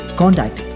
contact